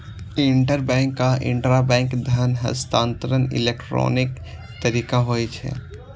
interbank आ intrabank धन हस्तांतरण इलेक्ट्रॉनिक तरीका होइ छै